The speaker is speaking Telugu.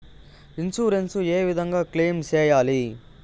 ఇన్సూరెన్సు ఏ విధంగా క్లెయిమ్ సేయాలి?